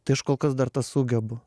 tai aš kol kas dar tą sugebu